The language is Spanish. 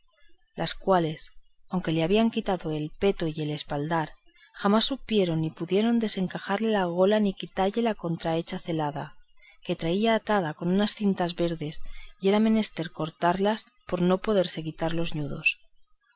las cuales aunque le habían quitado el peto y el espaldar jamás supieron ni pudieron desencajarle la gola ni quitalle la contrahecha celada que traía atada con unas cintas verdes y era menester cortarlas por no poderse quitar los ñudos